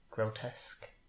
Grotesque